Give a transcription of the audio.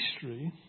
history